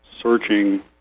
searching